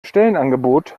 stellenangebot